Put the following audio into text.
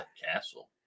Castle